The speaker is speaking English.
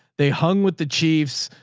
they hung with the chiefs,